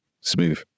smooth